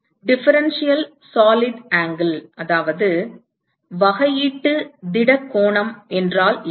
differential திட கோணம் என்ன